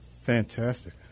Fantastic